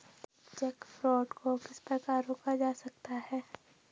Check fraud को किस प्रकार रोका जा सकता है?